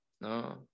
No